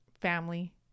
family